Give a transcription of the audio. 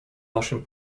naszym